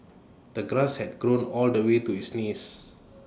the grass had grown all the way to his knees